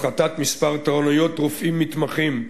הפחתת מספר תורנויות רופאים מתמחים,